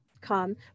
come